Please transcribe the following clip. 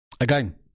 again